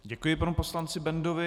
Děkuji panu poslanci Bendovi.